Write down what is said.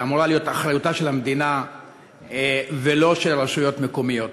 שאמורה להיות אחריותה של המדינה ולא של רשויות מקומיות.